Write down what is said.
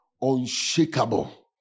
unshakable